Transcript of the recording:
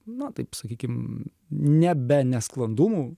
na taip sakykim ne be nesklandumų